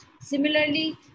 Similarly